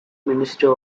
minister